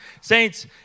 Saints